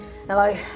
Hello